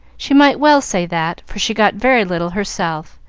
she might well say that, for she got very little herself,